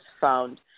found